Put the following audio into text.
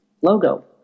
logo